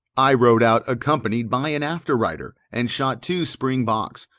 i rode out accompanied by an after-rider, and shot two springboks,